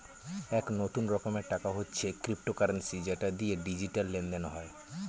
এক নতুন রকমের টাকা হচ্ছে ক্রিপ্টোকারেন্সি যেটা দিয়ে ডিজিটাল লেনদেন হয়